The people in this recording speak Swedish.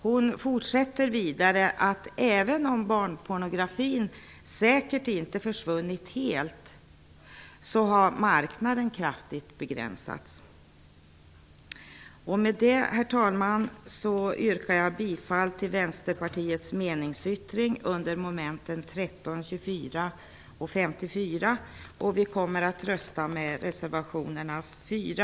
Hon fortsätter vidare: Även om barnpornografin säkert inte har försvunnit helt, har marknaden kraftigt begränsats. Herr talman! Med detta yrkar jag bifall till och 54. Vi kommer att rösta på reservationerna 4,